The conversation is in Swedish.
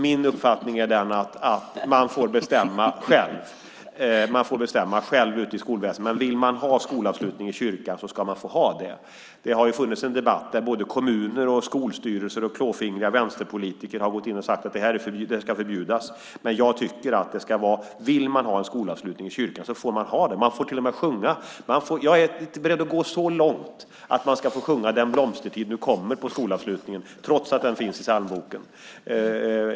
Min uppfattning är den att man får bestämma själv ute i skolväsendet. Vill man ha skolavslutning i kyrkan ska man få ha det. Det har ju funnits en debatt där både kommuner och skolstyrelser och klåfingriga vänsterpolitiker har gått in och sagt att det här ska förbjudas, men jag tycker att de som vill ha skolavslutning i kyrkan ska få ha det. Jag är till och med beredd att gå så långt som att man ska få sjunga Den blomstertid nu kommer på skolavslutningen trots att den finns i psalmboken.